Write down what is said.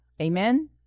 amen